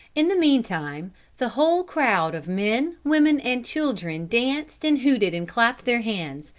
in the mean time the whole crowd of men, women and children danced and hooted and clapped their hands,